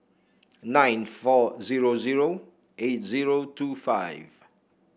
nine four zero zero eight zero two five